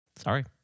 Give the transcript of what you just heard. Sorry